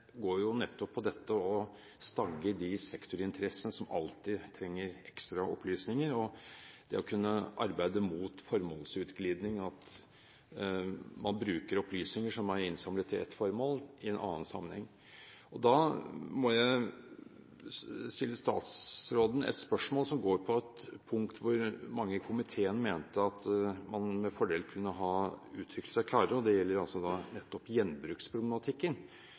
går nettopp på det å stagge de sektorinteressene som alltid trenger ekstra opplysninger, og det å kunne arbeide mot formålsutglidning – at man bruker opplysninger som er innsamlet til et formål, i en annen sammenheng. Da må jeg stille statsråden et spørsmål som går på et punkt hvor mange i komiteen mente at man med fordel kunne ha uttrykt seg klarere, og det gjelder nettopp gjenbruksproblematikken.